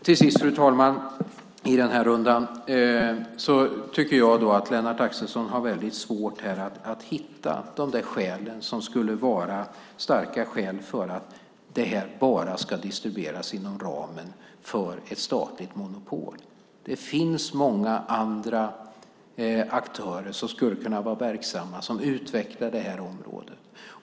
Till sist i den här rundan, fru ålderspresident, tycker jag att Lennart Axelsson har väldigt svårt att hitta de där skälen som skulle vara starka nog för att läkemedel bara ska distribueras inom ramen för ett statligt monopol. Det finns många andra aktörer som skulle kunna vara verksamma och som utvecklar det här området.